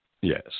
yes